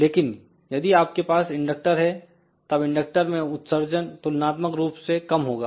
लेकिन यदि आपके पास इंडक्टर है तब इंडक्टर में उत्सर्जन तुलनात्मक रूप से कम होगा